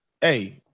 Hey